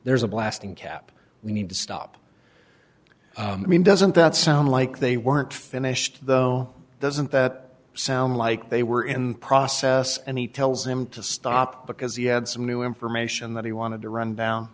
there's a blasting cap we need to stop i mean doesn't that sound like they weren't finished though doesn't that sound like they were in the process and he tells him to stop because he had some new information that he wanted to run down